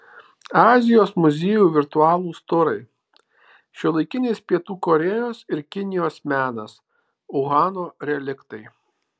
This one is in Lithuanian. azijos muziejų virtualūs turai šiuolaikinis pietų korėjos ir kinijos menas uhano reliktai